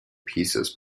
pieces